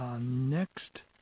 next